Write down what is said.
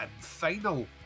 final